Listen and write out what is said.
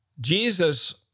Jesus